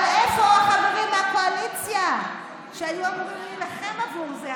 אבל איפה החברים מהקואליציה שהיו אמורים להילחם בעבור זה?